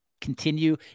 continue